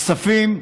הכספים,